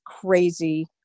crazy